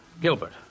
Gilbert